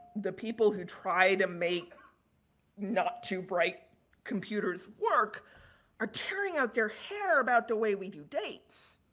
the people who try to make not too bright computers work are tearing out their hair about the way we do dates.